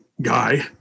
guy